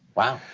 wow,